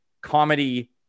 comedy